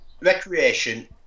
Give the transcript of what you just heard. Recreation